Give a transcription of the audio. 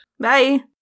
Bye